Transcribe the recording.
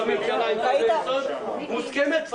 ננעלה בשעה 16:00.